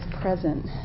present